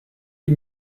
die